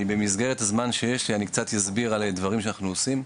במסגרת הזמן שיש לי אני קצת אסביר על הדברים שאנחנו עושים.